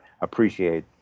appreciate